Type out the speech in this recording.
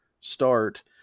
start